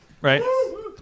right